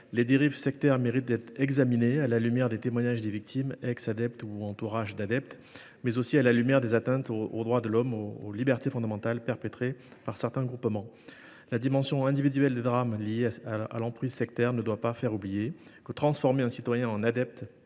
Les dérives sectaires méritent d’être examinées à la lumière des témoignages des victimes, ex adeptes ou entourage d’adeptes, tout comme à celle des atteintes aux droits de l’homme et aux libertés fondamentales perpétrées par certains groupements. La dimension individuelle des drames liés à l’emprise sectaire ne doit pas faire oublier que transformer un citoyen en adepte